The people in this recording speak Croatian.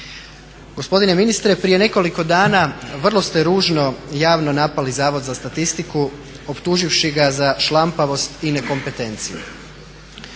Gospodine ministre prije nekoliko dana vrlo ste ružno javno napali Zavod za statistiku optuživši ga za šlampavost i nekompetenciju.